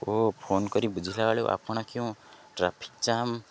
ଓ phone କରି ବୁଝିଲା ବେଳକୁ ଆପଣ କେଉଁ ଟ୍ରାଫିକ୍ ଜାମ୍